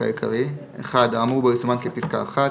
העיקרי - (1) האמור בו יסומן כפסקה (1),